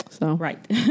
Right